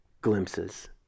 glimpses